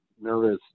nervous